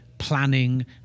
Planning